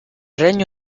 regno